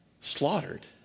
slaughtered